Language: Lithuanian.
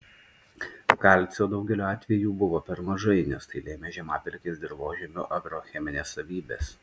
kalcio daugeliu atvejų buvo per mažai nes tai lėmė žemapelkės dirvožemio agrocheminės savybės